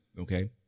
okay